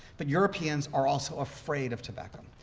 but europeans are also afraid of tobacco.